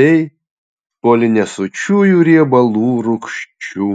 bei polinesočiųjų riebalų rūgščių